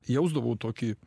jausdavau tokį